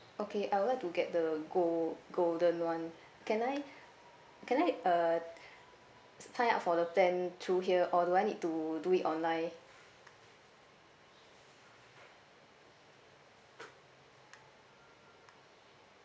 okay I would like to get the gold golden [one] can I can I uh sign up for the plan through here or do I need to do it online